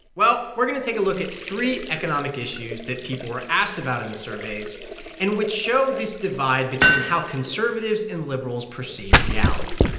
well, we're going to take a look at three economic issues that people were asked about in the surveys and which show this divide between how conservatives and liberals perceive reality.